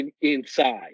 inside